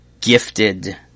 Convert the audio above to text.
gifted